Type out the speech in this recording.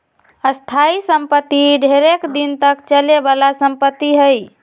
स्थाइ सम्पति ढेरेक दिन तक चले बला संपत्ति हइ